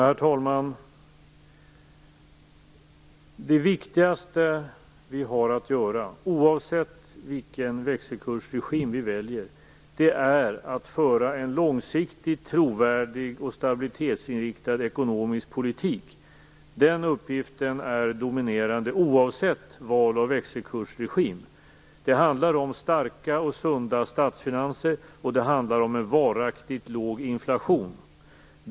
Herr talman! Det viktigaste vi har att göra, oavsett vilken växelkursregim vi väljer, är att föra en långsiktig, trovärdig och stabilitetsinriktad ekonomisk politik. Den uppgiften är dominerande oavsett val av växelkursregim. Det handlar om starka och sunda statsfinanser, och det handlar om en varaktigt låg inflation.